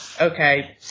okay